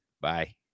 Bye